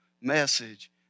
message